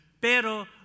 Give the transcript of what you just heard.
Pero